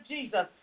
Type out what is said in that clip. Jesus